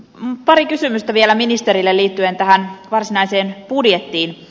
pari kysymystä vielä ministerille liittyen tähän varsinaiseen budjettiin